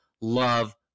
love